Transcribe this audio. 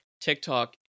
TikTok